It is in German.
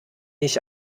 ich